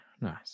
nice